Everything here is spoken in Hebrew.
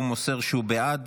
והוא מוסר שהוא בעד,